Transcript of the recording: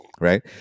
right